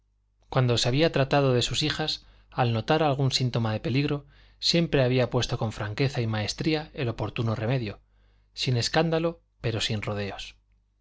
cuando se había tratado de sus hijas al notar algún síntoma de peligro siempre había puesto con franqueza y maestría el oportuno remedio sin escándalo pero sin rodeos